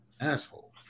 asshole